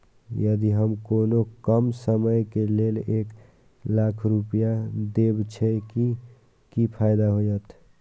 यदि हम कोनो कम समय के लेल एक लाख रुपए देब छै कि फायदा होयत?